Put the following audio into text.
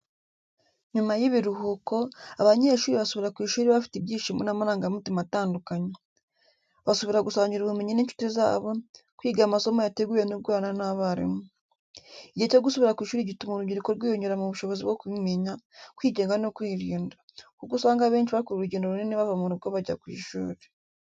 Nyuma y'ibiruhuko, abanyeshuri basubira ku ishuri bafite ibyishimo n’amarangamutima atandukanye. Basubira gusangira ubumenyi n’inshuti zabo, kwiga amasomo yateguwe no gukorana n’abarimu. Igihe cyo gusubira ku ishuri gituma urubyiruko rwiyongera mu bushobozi bwo kwimenya, kwigenga no kwirinda. Kuko usanga benshi bakora urugendo runini bava mu rugo bajya ku ishuri.